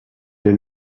est